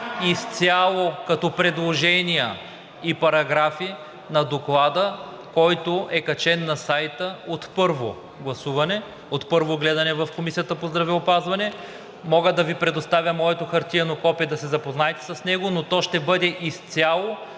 като предложения и параграфи на доклада, който е качен на сайта от първо гледане в Комисията по здравеопазване. Мога да Ви предоставя моето хартиено копие да се запознаете с него, но то ще бъде изцяло